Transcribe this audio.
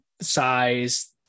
size